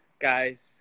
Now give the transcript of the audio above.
guys